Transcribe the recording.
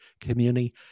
community